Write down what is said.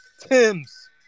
Tims